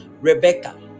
Rebecca